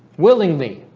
willingly